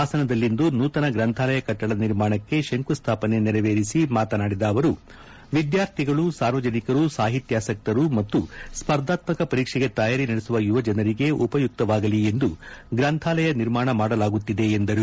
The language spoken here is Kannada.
ಪಾಸನದಲ್ಲಿಂದು ನೂತನ ಗ್ರಂಥಾಲಯ ಕಟ್ಟಡ ನಿರ್ಮಾಣಕ್ಕೆ ಶಂಕುಸ್ವಾಪನೆ ನೆರವೇರಿಸಿ ಮಾತನಾಡಿದ ಅವರು ವಿದ್ವಾರ್ಥಿಗಳು ಸಾರ್ವಜನಿಕರು ಸಾಹಿತ್ಯಾಸಕ್ತರು ಮತ್ತು ಸ್ಪರ್ಧಾತ್ಮಕ ಪರೀಕ್ಷೆಗೆ ತಯಾರಿ ನಡೆಸುವ ಯುವ ಜನರಿಗೆ ಉಪಯುಕ್ತವಾಗಲಿ ಎಂದು ಗ್ರಂಥಾಲಯ ನಿರ್ಮಾಣ ಮಾಡಲಾಗುತ್ತಿದೆ ಎಂದರು